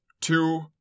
two